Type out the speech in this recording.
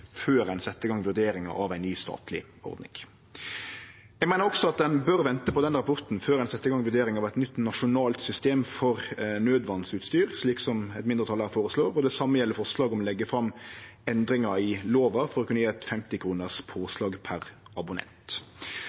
før ein set i gang vurderinga av ei ny statleg ordning. Eg meiner også at ein bør vente på den rapporten før ein set i gang vurdering av eit nytt nasjonalt system for naudvassutstyr, slik eit mindretal her føreslår, og det same gjeld forslaget om å leggje fram endringar i lova for å kunne gje eit 50 kr-påslag per